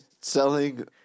selling